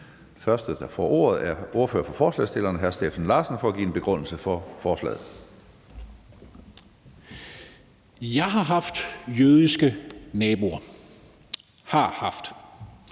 første, der får ordet, er ordfører for forslagsstillerne, hr. Steffen Larsen, for at give en begrundelse for forslaget Kl. 12:36 Begrundelse (Ordfører for